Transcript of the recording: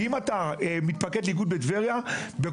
כי אם אתה מתפקד ליכוד בטבריה בכל